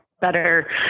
better